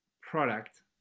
product